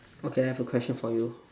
okay I have a question for you